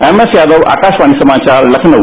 MS Yadav Akashvani समाचार लखनऊ